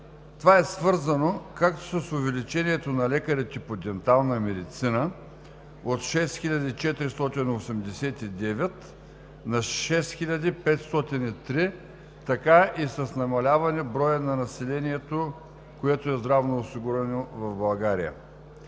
Това е свързано както с увеличението на лекарите по дентална медицина от 6489 на 6503, така и с намаляване броя на населението, което е здравноосигурено в България.